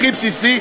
הכי בסיסי,